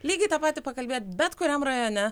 lygiai tą patį pakalbėt bet kuriam rajone